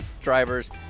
drivers